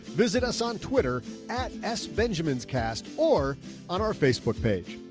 visit us on twitter at s benjamin's cast or on our facebook page.